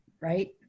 right